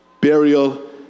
burial